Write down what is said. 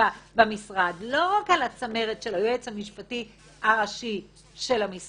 אתם רוצים יועץ משפטי שיראה לכם איך מכופפים את החוק ואיך